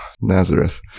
Nazareth